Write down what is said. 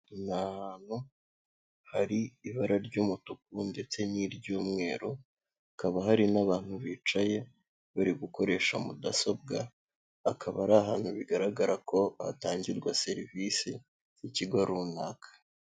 Ni ahantu hari ibara ry'umutuku ndetse n'iry'umweru hakaba hari n'abantu bicaye bari gukoresha mudasobwa akaba ari ahantu bigaragara ko hatangirwa serivisi z'ikigo runaka.